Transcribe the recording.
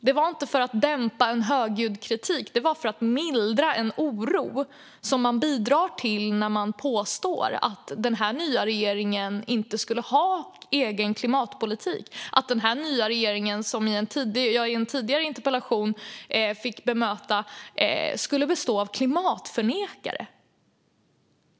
Det var inte för att dämpa en högljudd kritik, utan det var för att mildra en oro som man bidrar till när man påstår att den nya regeringen inte skulle ha en egen klimatpolitik, att den nya regeringen, som jag fick bemöta i en tidigare interpellation, skulle bestå av klimatförnekare.